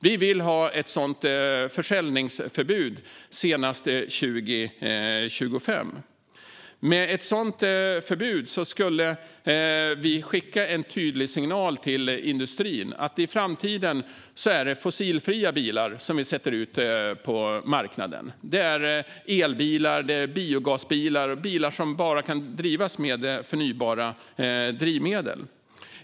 Vi vill ha ett sådant försäljningsförbud senast 2025. Med ett sådant förbud skulle vi skicka en tydlig signal till industrin om att det i framtiden är fossilfria bilar som vi sätter ut på marknaden. Det är elbilar, biogasbilar och andra bilar som bara kan drivas med förnybara drivmedel.